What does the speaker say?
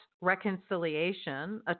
reconciliation